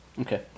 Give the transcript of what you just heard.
Okay